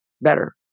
better